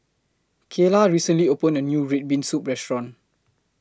Kaylah recently opened A New Red Bean Soup Restaurant